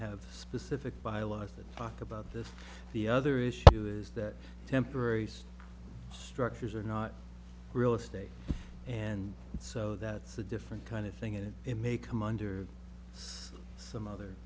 have specific bylaws that talked about this the other issue is that temporaries structures are not real estate and so that's a different kind of thing and it may come under some other